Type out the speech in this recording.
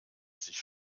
sich